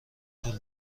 طول